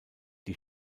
die